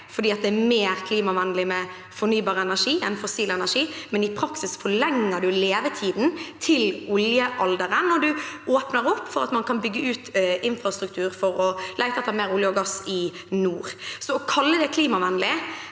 fordi det er mer klimavennlig med fornybar energi enn med fossil energi, men i praksis forlenger man levetiden til oljealderen, og man åpner opp for å kunne bygge ut infrastruktur for å lete etter mer olje og gass i nord. Å kalle det klimavennlig